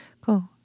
Cool